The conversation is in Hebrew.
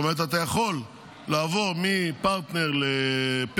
זאת אומרת אתה יכול לעבור מפרטנר לפלאפון,